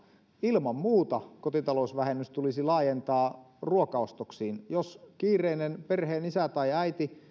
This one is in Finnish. ilman muuta kotitalousvähennys tulisi laajentaa ruokaostoksiin jos kiireinen perheenisä tai äiti